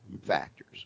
factors